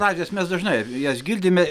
frazės mes dažnai jas girdime